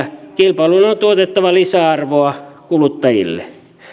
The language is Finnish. kilpailun on tuotettava lisäarvoa kuluttajille